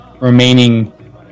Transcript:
remaining